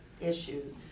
issues